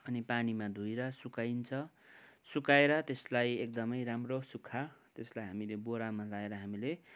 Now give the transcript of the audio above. अनि पानीमा धोएर सुकाइन्छ सुकाएर त्यसलाई एकदमै राम्रो सुखा त्यसलाई हामीले बोरामा लएर हामीले